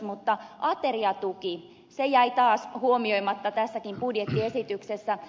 mutta ateriatuki se jäi taas huomioimatta tässäkin budjettiesityksessä